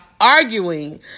arguing